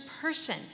person